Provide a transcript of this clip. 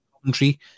country